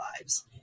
lives